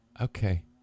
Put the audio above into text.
okay